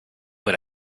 what